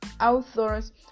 authors